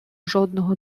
жодного